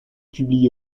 publiés